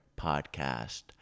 Podcast